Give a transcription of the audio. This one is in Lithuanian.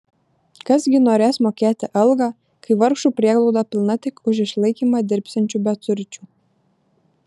kas gi norės mokėti algą kai vargšų prieglauda pilna tik už išlaikymą dirbsiančių beturčių